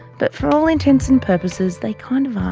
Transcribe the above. but for all intents and purposes, they kind of are.